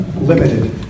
Limited